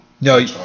No